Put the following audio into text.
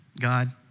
God